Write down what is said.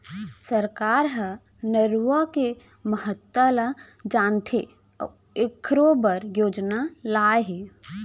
सरकार ह नरूवा के महता ल जानथे अउ एखरो बर योजना लाए हे